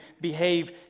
behave